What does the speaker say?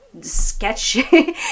sketchy